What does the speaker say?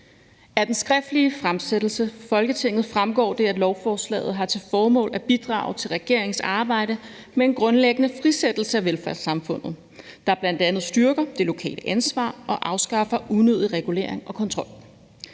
Af den skriftlige fremsættelse for Folketinget fremgår det, at lovforslaget har til formål at bidrage til regeringens arbejde med en grundlæggende frisættelse af velfærdssamfundet, der bl.a. styrker det lokale ansvar og afskaffer unødig regulering og kontrol.